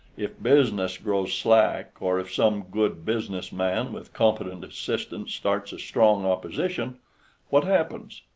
if business grows slack, or if some good business man with competent assistants starts a strong opposition what happens?